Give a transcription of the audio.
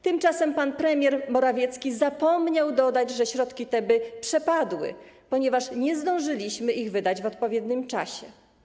Tymczasem pan premier Morawiecki zapomniał dodać, że środki te by przepadły, ponieważ nie zdążyliśmy ich wydać w odpowiednim czasie.